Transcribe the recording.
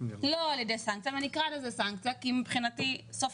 ואני אקרא לזה סנקציה כי מבחינתי סוף